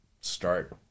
start